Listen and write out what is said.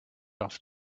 off